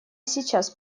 сейчас